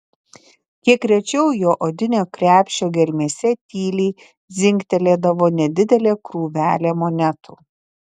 kiek rečiau jo odinio krepšio gelmėse tyliai dzingtelėdavo nedidelė krūvelė monetų